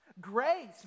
Grace